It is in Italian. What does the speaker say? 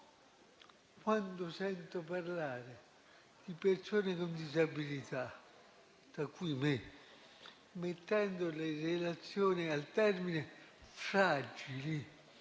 quando sento parlare di persone con disabilità, fra cui me, mettendole in relazione al termine "fragili",